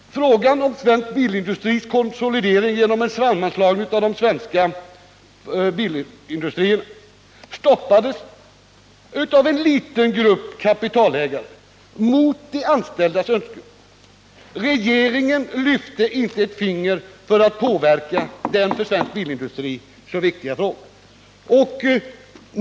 Frågan om svensk bilindustris konsolidering genom en sammanslagning av de svenska bilindustrierna stoppades av en liten grupp kapitalägare mot de anställdas önskemål. Regeringen lyfte inte ett finger för att påverka denna för svensk bilindustri så viktiga fråga.